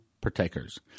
partakers